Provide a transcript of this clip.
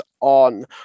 on